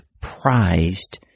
prized